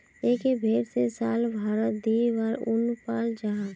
एक भेर से साल भारोत दी बार उन पाल जाहा